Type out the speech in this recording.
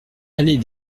allée